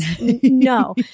No